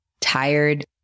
tired